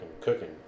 cooking